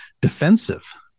defensive